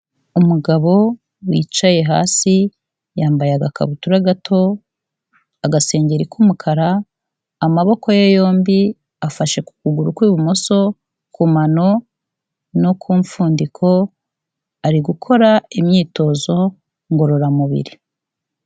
Umugabo wicaye hasi, yambaye agakabutura gato, agasengeri k'umukara, amaboko ye yombi afashe ku kuguru kw'ibumoso, ku mano, no ku mfundiko, ari gukora imyitozo ngororamubiri.